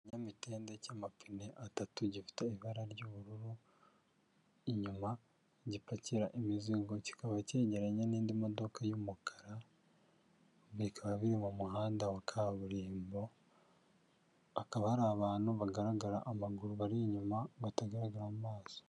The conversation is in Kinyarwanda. Ikinyamitende cy'amapine atatu, gifite ibara ry'ubururu, inyuma gipakira imizingo, kikaba cyegeranye n'indi modoka y'umukara, bikaba biri mu muhanda wa kaburimbo, hakaba hari abantu bagaragara amaguru, bari inyuma batagaragara amaso.